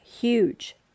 Huge